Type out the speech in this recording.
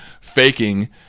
faking